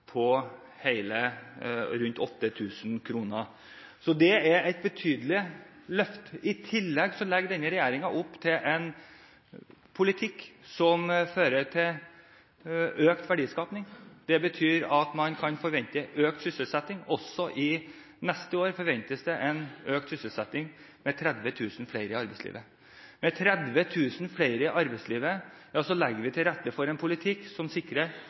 på rundt 8 000 kr. Det er et betydelig løft. I tillegg legger denne regjeringen opp til en politikk som fører til økt verdiskapning. Det betyr at man kan forvente økt sysselsetting. Også til neste år forventes det økt sysselsetting med 30 000 flere i arbeidslivet. Med 30 000 flere i arbeidslivet legger vi til rette for en politikk som sikrer